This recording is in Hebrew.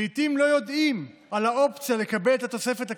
לעיתים לא יודעים על האופציה לקבל את תוספת הקצבה,